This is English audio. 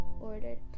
ordered